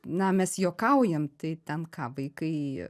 na mes juokaujam tai ten ką vaikai